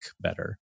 better